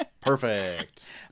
Perfect